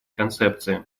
концепции